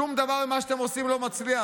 שום דבר ממה שאתם עושים לא מצליח,